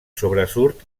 sobresurt